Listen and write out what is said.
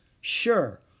Sure